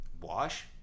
Wash